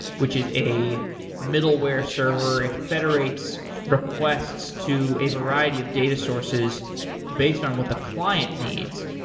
which is a middleware server. it federates requests to a variety of data sources based on what the client needs.